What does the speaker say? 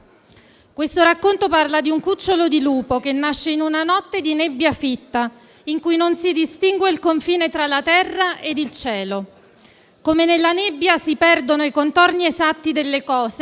Questo racconto parla di un cucciolo di lupo, che nasce in una notte di nebbia fitta, in cui non si distingue il confine tra la terra e il cielo. Come nella nebbia si perdono i contorni esatti delle cose,